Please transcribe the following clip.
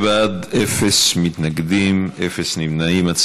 18 בעד, אפס מתנגדים, אפס נמנעים.